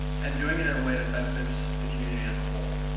and doing it in a way that benefits the community as a whole.